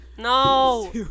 No